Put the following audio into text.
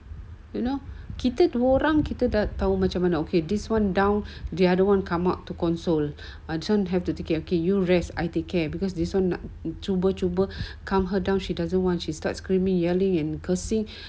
you know kita dua orang pun dah tahu macam mana okay this one down the other one come up to console and this one okay okay you rest I take care because this one nak cuba cuba calm her down she doesn't want you start screaming yelling and cursing